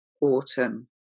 autumn